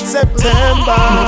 September